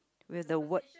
with the word